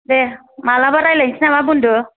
दे मालाबा रायलायनोसै नामा बुनदु